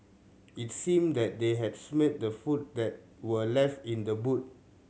it seemed that they had smelt the food that were left in the boot